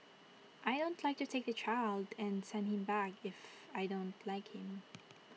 I don't like to take the child and send him back if I don't like him